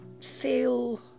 feel